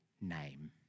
name